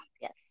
Yes